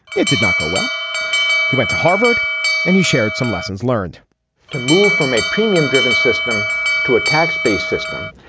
it did not go well he went to harvard and he shared some lessons learned to move from a premium driven system to a tax based system.